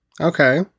Okay